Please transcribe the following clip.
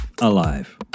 alive